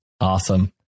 Awesome